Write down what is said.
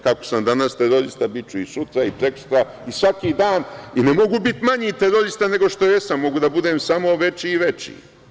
Kako sam danas terorista, biću i sutra i prekosutra i svaki dan i ne mogu biti manji terorista nego što jesam, mogu da budem samo veći i veći.